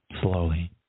slowly